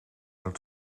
het